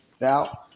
Now